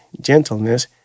gentleness